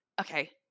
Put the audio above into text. Okay